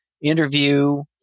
interview